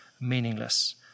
meaningless